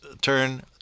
turn